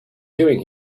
doing